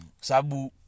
Sabu